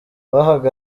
bahageze